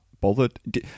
bothered